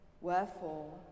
Wherefore